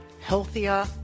healthier